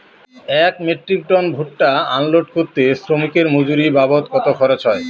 এক metric ton ভুট্টা unload করতে শ্রমিকের মজুরি বাবদ কত খরচ হয়?